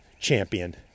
champion